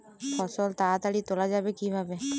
ফসল তাড়াতাড়ি তোলা যাবে কিভাবে?